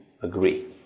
agree